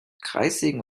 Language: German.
kreissägen